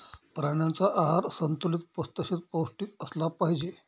प्राण्यांचा आहार संतुलित तसेच पौष्टिक असला पाहिजे